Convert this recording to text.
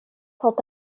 sont